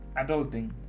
adulting